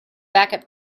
backup